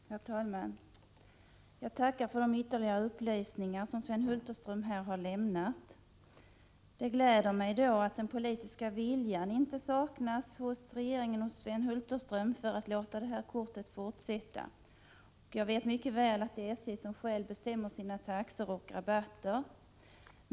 Herr talman! Jag tackar för de ytterligare upplysningar som Sven Hulterström här har lämnat. Det gläder mig att den politiska viljan att låta ungdomsresekortet fortsätta att gälla inte saknas hos regeringen och Sven Hulterström. Jag vet mycket väl att det är SJ självt som bestämmer sina taxor och rabatter.